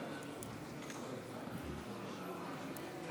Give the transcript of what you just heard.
אם כן,